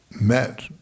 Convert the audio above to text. met